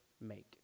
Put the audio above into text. make